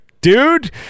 dude